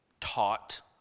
taught